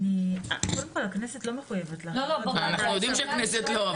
קודם כל הכנסת לא מחויבת --- אנחנו יודעים שהכנסת לא,